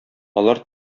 алар